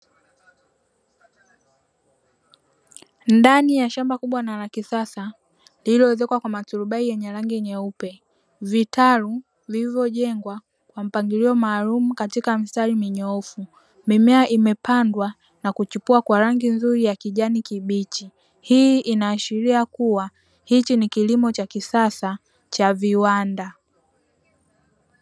Ndani ya shamba kubwa na la kisasa lililoezekwa kwa maturubai yenye rangi nyeupe, vitalu vilivyojengwa kwa mpangilio maalumu katika mistari minyoofu. Mimea imepandwa na kuchipua vizuri kwa rangi nzuri ya kijani kibichi, hii inaashiria kuwa hichi ni kilimo cha kisasa cha viwanda.